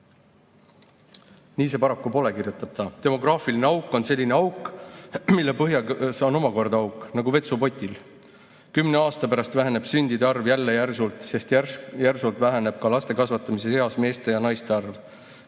Nii see paraku pole," kirjutab ta. "Demograafiline auk on selline auk, mille põhjas on omakorda auk. Nagu vetsupotil. Kümne aasta pärast väheneb sündide arv jälle järsult, sest järsult väheneb ka lastekasvatamise eas meeste ja naiste arv.